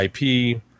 IP